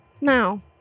Now